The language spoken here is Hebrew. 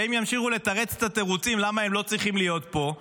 והם ימשיכו לתרץ את התירוצים למה הם לא צריכים להיות פה.